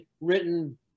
written